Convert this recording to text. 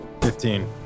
Fifteen